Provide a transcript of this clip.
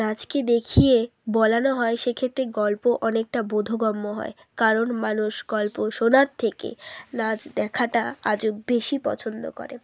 নাচকে দেখিয়ে বলানো হয় সেক্ষেত্রে গল্প অনেকটা বোধগম্য হয় কারণ মানুষ গল্প শোনার থেকে নাচ দেখাটা আজও বেশি পছন্দ করে